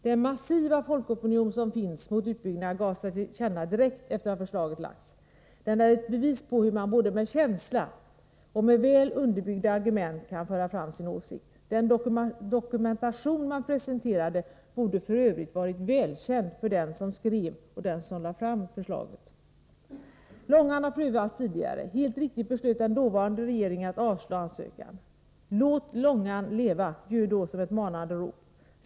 Den massiva folkopinion som finns mot utbyggnad gav sig till känna direkt efter att förslaget lagts. Den är ett bevis på hur man både med känsla och med väl underbyggda argument kan föra fram sin åsikt. Den dokumentation som presenterades borde f. ö. ha varit välkänd för den som skrev och den som lade fram förslaget. Långan har prövats tidigare. Helt riktigt beslöt den dåvarande regeringen att avslå ansökan. Låt Långan leva! ljöd då som ett manande rop.